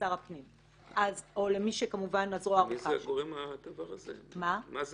לשר הפנים או מי שכמובן הזרוע --- מה זה